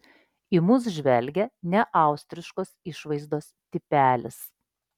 į mus žvelgė neaustriškos išvaizdos tipelis